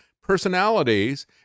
personalities